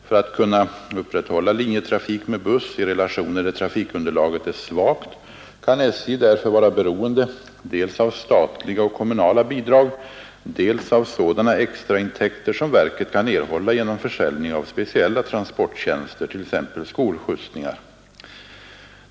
För att kunna upprätthålla linjetrafik med buss i relationer där trafikunderlaget är svagt kan SJ därför vara beroende dels av statliga och kommunala bidrag, dels av sådana extraintäkter som verket kan erhålla genom försäljning av speciella transporttjänster, t.ex. skolskjutsningar.